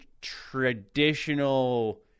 traditional